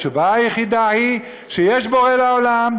התשובה היחידה היא שיש בורא לעולם,